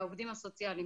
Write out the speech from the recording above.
העובדים הסוציאליים,